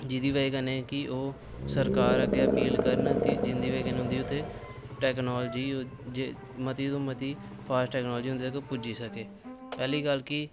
जेह्दी बजहा कन्नै ओह् सरकार अग्गें अपील करन कि जिं'दी बजहा कन्नै उत्थै टैक्नोलजी च मती कोला मती फास्ट टैक्नोलजी पुज्जी सकै उद्धर पैह्ली गल्ल कि